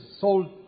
sold